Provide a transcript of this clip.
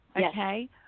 okay